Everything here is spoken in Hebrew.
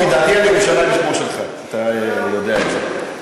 מיקי, דעתי על ירושלים כמו שלך, אתה יודע את זה.